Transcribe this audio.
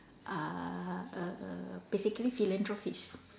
uh err err basically philanthropist